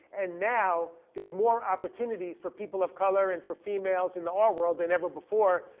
and now there's more opportunities for people of color and for females in the art world than ever before.